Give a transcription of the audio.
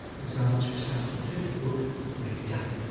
was asked to recite the fifth book of the abhidhamma,